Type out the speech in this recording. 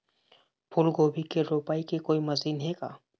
फूलगोभी के रोपाई के कोई मशीन हे का?